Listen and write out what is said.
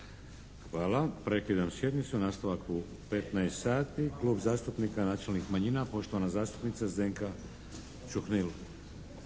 Hvala. Prekidam sjednicu. Nastavak u 15 sati. Klub zastupnika nacionalnih manjina, poštovana zastupnica Zdenka Čuhnil.